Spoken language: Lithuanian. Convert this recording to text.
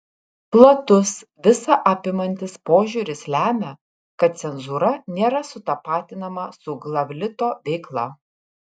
platus visa apimantis požiūris lemia kad cenzūra nėra sutapatinama su glavlito veikla